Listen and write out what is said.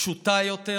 פשוטה יותר,